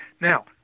Now